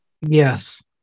yes